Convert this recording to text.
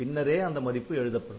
பின்னரே அந்த மதிப்பு எழுதப்படும்